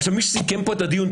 עכשיו מי סיכם פה את הדיון,